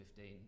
2015